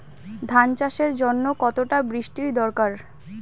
ধান চাষের জন্য কতটা বৃষ্টির দরকার?